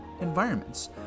environments